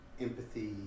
empathy